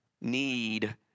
need